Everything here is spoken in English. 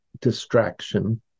distraction